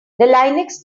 linux